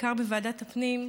בעיקר בוועדת הפנים,